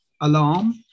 Alarm